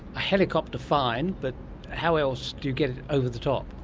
a helicopter, fine, but how else do you get it over the top?